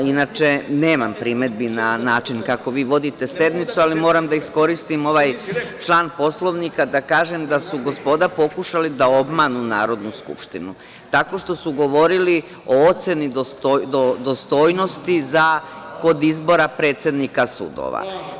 Inače, nemam primedbi na način kako vi vodite sednicu, ali moram da iskoristim ovaj član Poslovnika da kažem da su gospoda pokušali da obmanu Narodnu skupštinu tako što su govorili o oceni dostojnosti kod izbora predsednika sudova.